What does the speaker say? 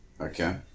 Okay